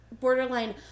borderline